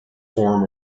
form